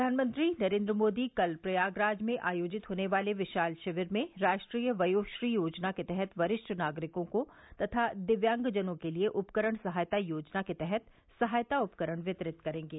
प्रधानमंत्री नरेंद्र मोदी कल प्रयागराज में आयोजित होने वाले विशाल शिविर में राष्ट्रीय वयोश्री योजना के तहत वरिष्ठ नागरिकों को तथा दिव्यांगजनों के लिए उपकरण सहायता योजना के तहत सहायता उपकरण वितरित करेंगे